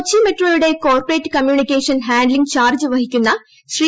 കൊച്ചി മെട്രോയുടെ corporate communication handling charge വഹിക്കുന്ന ശ്രീ